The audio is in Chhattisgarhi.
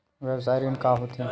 व्यवसाय ऋण का होथे?